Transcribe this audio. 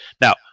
Now